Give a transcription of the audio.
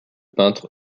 peintre